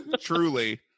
Truly